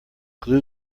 glue